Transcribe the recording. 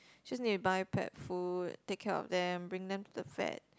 just need to buy pet food take care of them bring them to the vet